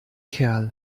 kerl